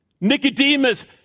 Nicodemus